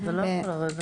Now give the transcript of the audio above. גם זה יכול לרדת.